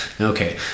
Okay